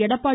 Edappadi